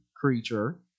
creature